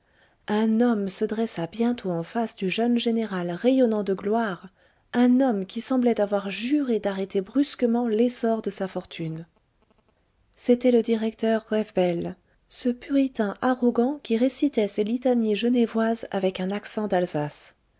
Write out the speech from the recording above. un homme se dressa bientôt en face du jeune général rayonnant de gloire un homme qui semblait avoir juré d'arrêter brusquement l'essor de sa fortune c'était le directeur rewbell ce puritain arrogant qui récitait ses litanies genevoises avec un accent d'alsace